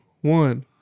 one